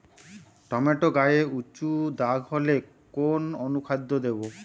Tomato গায়ে উচু দাগ হলে কোন অনুখাদ্য দেবো?